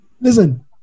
Listen